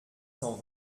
cent